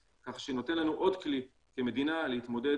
כך שזה נותן לנו עוד כלי כמדינה להתמודד